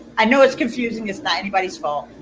i know its confusing it's not anybody's fault,